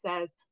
says